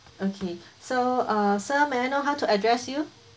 okay so uh sir may I know how to address you